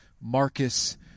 Marcus